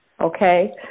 okay